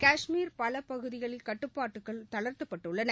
கஷ்மீரின் பலபகுதிகளில் கட்டுப்பாடுகள் தளர்த்தப்பட்டுள்ளன